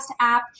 app